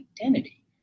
identity